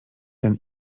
ten